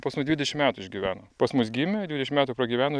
pas mus dvidešim metų išgyveno pas mus gimė ir dvidešim metų pragyveno